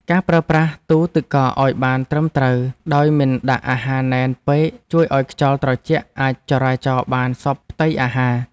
ការប្រើប្រាស់ទូរទឹកកកឱ្យបានត្រឹមត្រូវដោយមិនដាក់អាហារណែនពេកជួយឱ្យខ្យល់ត្រជាក់អាចចរាចរបានសព្វផ្ទៃអាហារ។